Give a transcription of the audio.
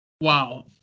Wow